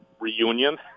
reunion